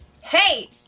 hey